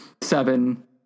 seven